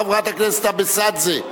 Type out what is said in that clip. חברת הכנסת אבסדזה,